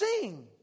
sing